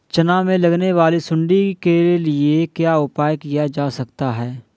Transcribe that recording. चना में लगने वाली सुंडी के लिए क्या उपाय किया जा सकता है?